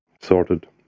Sorted